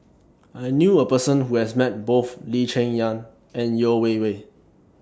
I knew A Person Who has Met Both Lee Cheng Yan and Yeo Wei Wei